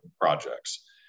projects